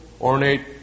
ornate